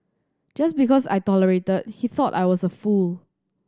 just because I tolerated he thought I was a fool